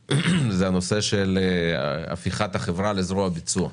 היא לגבי הפיכת החברה לזרוע ביצוע.